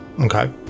okay